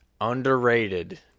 underrated